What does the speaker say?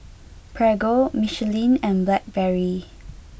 Prego Michelin and Blackberry